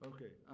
Okay